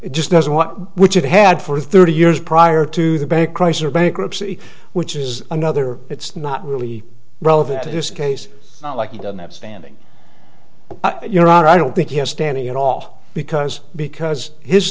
it just doesn't want which it had for thirty years prior to the bank chrysler bankruptcy which is another it's not really relevant to this case like you don't have standing you know i don't think he was standing at all because because his